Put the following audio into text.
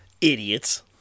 Idiots